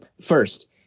First